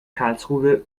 karlsruhe